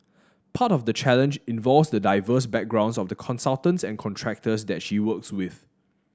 part of the challenge involves the diverse backgrounds of the consultants and contractors that she works with